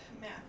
Math